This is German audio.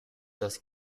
das